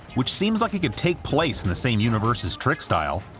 which seems like it could take place in the same universe as trickstyle,